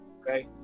okay